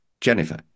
Jennifer